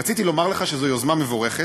רציתי לומר לך שזאת יוזמה מבורכת.